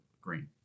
green